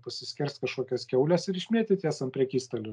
pasiskerst kažkokias kiaules ir išmėtyt jas ant prekystalių